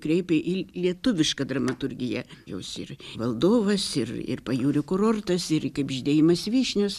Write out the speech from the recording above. kreipė į lietuvišką dramaturgiją jos ir valdovas ir ir pajūrio kurortas ir kaip žydėjimas vyšnios